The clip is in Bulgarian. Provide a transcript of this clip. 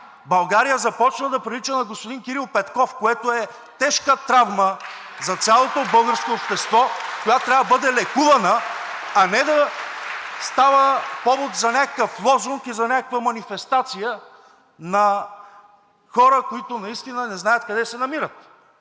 България започна да прилича на господин Кирил Петков, което е тежка травма за цялото българско общество (ръкопляскания от ГЕРБ-СДС), която трябва да бъде лекувана, а не да става повод за някакъв лозунг и за някаква манифестация на хора, които наистина не знаят къде се намират.